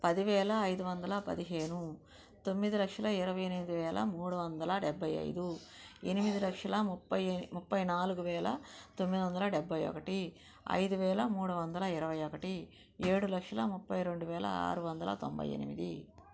పదివేల ఐదు వందల పదిహేను తొమ్మిది లక్షల ఇరవై ఎనిమిది వేల మూడు వందల డెబ్భై ఐదు ఎనిమిది లక్షల ముప్పై ముప్పై నాలుగు వేల తొమ్మిది వందల డెబ్భై ఒకటి ఐదు వేల మూడు వందల ఇరవై ఒకటి ఏడు లక్షల ముప్పై రెండు వేల ఆరు వందల తొంభై ఎనిమిది